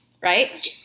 right